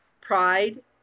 Pride